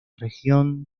región